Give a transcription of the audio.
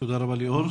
תודה רבה, ליאור.